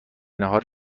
ناهار